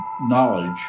knowledge